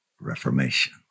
reformation